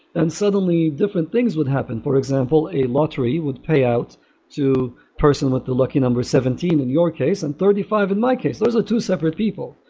and suddenly different things would happen for example, a lottery would pay out to a person with the lucky number seventeen in your case and thirty five in my case. those are two separate people.